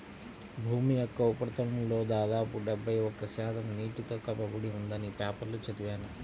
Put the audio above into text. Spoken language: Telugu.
భూమి యొక్క ఉపరితలంలో దాదాపు డెబ్బై ఒక్క శాతం నీటితో కప్పబడి ఉందని పేపర్లో చదివాను